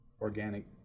organic